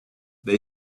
they